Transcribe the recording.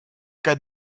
cas